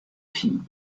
fille